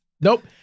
Nope